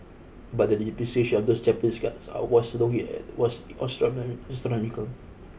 but the depreciation of those Japanese cars I was looking at was astronomic astronomical